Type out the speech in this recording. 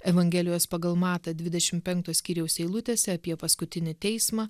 evangelijos pagal matą dvidešim penkto skyriaus eilutėse apie paskutinį teismą